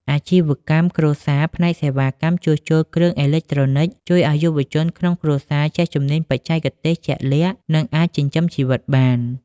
អាជីវកម្មគ្រួសារផ្នែកសេវាកម្មជួសជុលគ្រឿងអេឡិចត្រូនិច ជួយឱ្យយុវជនក្នុងគ្រួសារចេះជំនាញបច្ចេកទេសជាក់ច្បាស់ និងអាចចិញ្ចឹមជីវិតបាន។